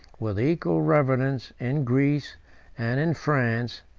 with equal reverence, in greece and in france,